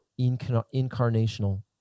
incarnational